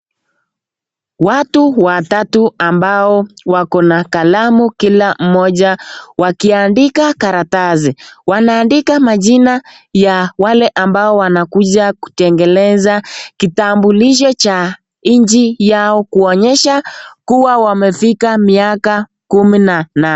Watu watatu ambao wako na kalamu kila moja wakiandika karatasi wanandika majina ya wale ambao wanakuja kutengeneza kitambulisho cha nchi yao, kuonyesha kuwa wamefika miaka kumi na nane .